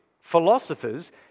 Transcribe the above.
philosophers